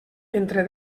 entre